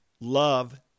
love